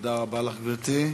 תודה רבה לך, גברתי.